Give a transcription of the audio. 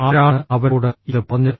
ആരാണ് അവരോട് ഇത് പറഞ്ഞത്